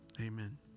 Amen